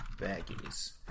baggies